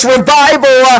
Revival